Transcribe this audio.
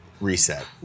reset